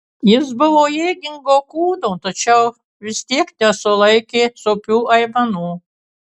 jis buvo jėgingo kūno tačiau vis tiek nesulaikė sopių aimanų